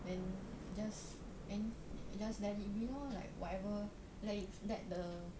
then just then just let it be lor like whatever let it let the